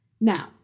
Now